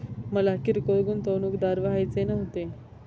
मला किरकोळ गुंतवणूकदार व्हायचे नव्हते